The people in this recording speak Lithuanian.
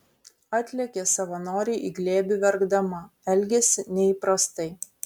atlėkė savanorei į glėbį verkdama elgėsi neįprastai